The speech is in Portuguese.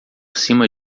cima